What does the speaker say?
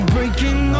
Breaking